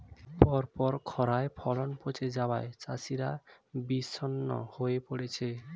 পরপর খড়ায় ফলন পচে যাওয়ায় চাষিরা বিষণ্ণ হয়ে পরেছে